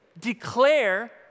declare